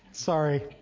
Sorry